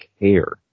care